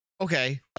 okay